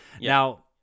Now